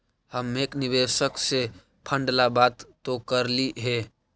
हम एक निवेशक से फंड ला बात तो करली हे